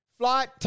Flight